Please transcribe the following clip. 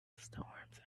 storms